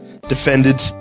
Defended